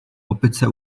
opice